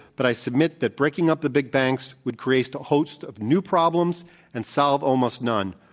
but i submit that breaking up the big banks would create a host of new problems and solve almost none.